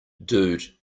dude